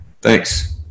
Thanks